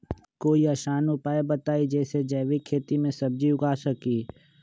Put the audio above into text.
कोई आसान उपाय बताइ जे से जैविक खेती में सब्जी उगा सकीं?